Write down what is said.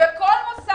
אך כל מוסד